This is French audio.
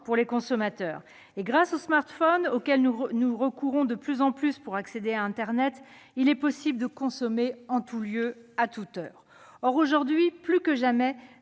pour les consommateurs. Grâce aux smartphones, auxquels nous recourons de plus en plus pour accéder à internet, il est possible de consommer en tout lieu, à toute heure. Or, aujourd'hui plus que jamais,